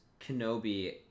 Kenobi